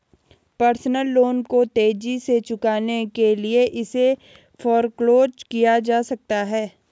personal loan को तेजी से चुकाने के लिए इसे फोरक्लोज किया जा सकता है